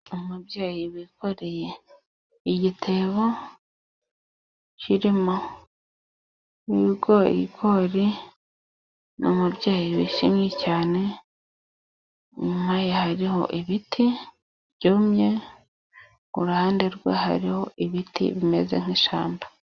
Umubyeyi wikoreye igitebo kirimo ibigori, ni umubyeyi wishimye cyane. Inyuma hariho ibiti byumye, kuruhande rwe hariho ibiti bimeze nk 'ishyamba.